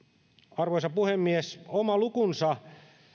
arvoisa puhemies oma lukunsa